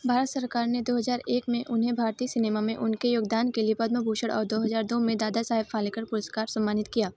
भारत सरकार ने दो हज़ार एक में उन्हें भारतीय सिनेमा में उनके योगदान के लिए पद्म भूषण और दो हज़ार दो में दादासाहब फाल्के पुरस्कार सम्मानित किया